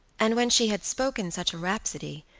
and when she had spoken such a rhapsody,